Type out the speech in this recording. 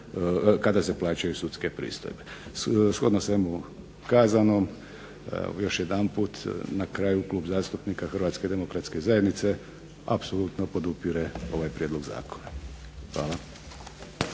kada se plaćaju sudske pristojbe. Shodno svemu kazanom, još jedanput Klub zastupnika HDZ-a apsolutno podupire ovaj prijedlog. Hvala.